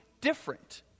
different